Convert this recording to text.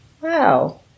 Wow